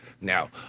Now